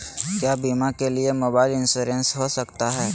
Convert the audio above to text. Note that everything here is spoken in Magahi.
क्या बीमा के लिए मोबाइल इंश्योरेंस हो सकता है?